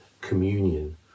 communion